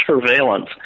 surveillance